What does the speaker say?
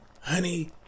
honey